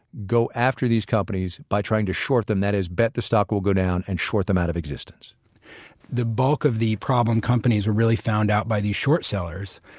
go after these companies by trying to short them, that is, bet the stock will go down and short them out of existence the bulk of the problem companies are really found out by these short sellers.